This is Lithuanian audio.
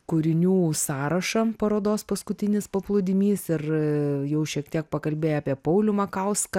kūrinių sąrašą parodos paskutinis paplūdimys ir jau šiek tiek pakalbėję apie paulių makauską